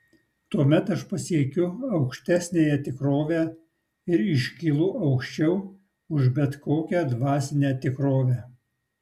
tuomet aš pasiekiu aukštesniąją tikrovę ir iškylu aukščiau už bet kokią dvasinę tikrovę